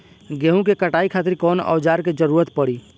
गेहूं के कटाई खातिर कौन औजार के जरूरत परी?